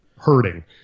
hurting